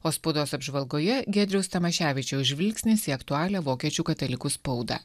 o spaudos apžvalgoje giedriaus tamoševičiaus žvilgsnis į aktualią vokiečių katalikų spaudą